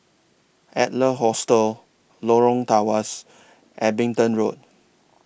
Adler Hostel Lorong Tawas Abingdon Road